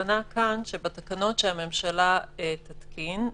הכוונה כאן שבתקנות שהממשלה תתקין,